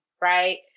Right